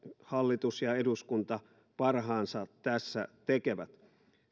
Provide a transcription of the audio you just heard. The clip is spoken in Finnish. hallitus ja eduskunta parhaansa tässä tekevät